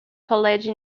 college